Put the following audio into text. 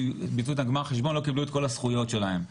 ביצעו איתם גמר חשבון והם לא קיבלו את הזכויות שלהם.